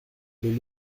mais